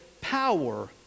power